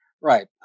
Right